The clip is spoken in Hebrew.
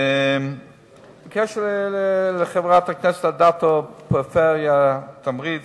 בקשר לחברת הכנסת אדטו, הפריפריה, תמריץ.